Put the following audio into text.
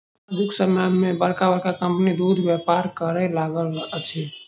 आजुक समय मे बड़का बड़का कम्पनी दूधक व्यापार करय लागल अछि